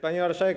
Pani Marszałek!